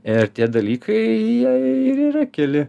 ir tie dalykai jie ir yra keli